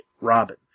Robin